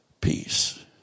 peace